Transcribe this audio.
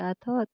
दाथ'